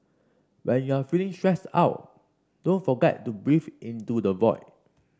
when you are feeling stressed out don't forget to breathe into the void